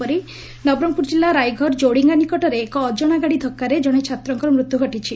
ସେହିପରି ନବରଙ୍ଙପୁର ଜିଲ୍ଲ ରାଇଘର କୋଡିଙ୍ଗା ନିକଟରେ ଏକ ଅଜଶା ଗାଡ଼ି ଧକ୍କାରେ କଣେ ଛାତ୍ରଙ୍କର ମୃତ୍ୟୁ ଘଟିଛି